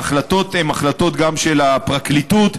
ההחלטות הן החלטות גם של הפרקליטות,